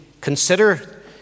consider